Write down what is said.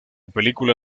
película